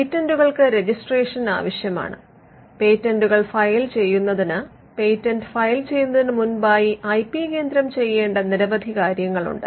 പേറ്റന്റുകൾക്ക് registration ആവശ്യമാണ് പേറ്റന്റുകൾ file ചെയ്യുന്നതിന് പേറ്റന്റ് ഫയൽ ചെയ്യുന്നതിന് മുമ്പായി ഐ പി കേന്ദ്രം ചെയ്യേണ്ട നിരവധി കാര്യങ്ങളുണ്ട്